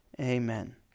Amen